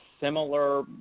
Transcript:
similar